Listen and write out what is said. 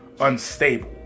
unstable